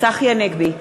צחי הנגבי,